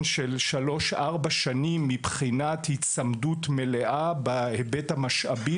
של שלוש או ארבע שנים מבחינת הצמדות מלאה בהיבט המשאבי,